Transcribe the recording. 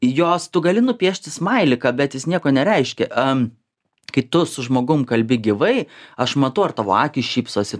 jos tu gali nupiešti smailiką bet jis nieko nereiškia am kai tu su žmogum kalbi gyvai aš matau ar tavo akys šypsosi